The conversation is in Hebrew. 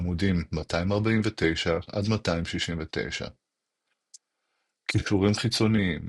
עמ' 249–269 קישורים חיצוניים